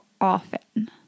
often